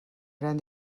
gran